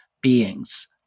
beings